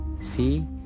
see